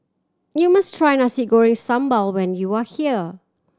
you must try Nasi Goreng Sambal when you are here